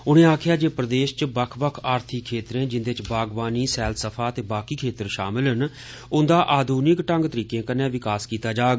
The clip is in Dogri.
उन्ने आक्खेया जे प्रदेश च बक्ख बक्ख आर्थिक खेतरें जिन्दे च बागवानी सैलसफा ते बाकी खेतर शामिल न उन्दा आध्निक तौर तरीके कन्नै विकास किता जाग